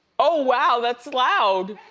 oh wow, that's loud.